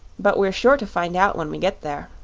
but we're sure to find out when we get there.